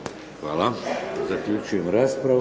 Hvala. Zaključujem raspravu.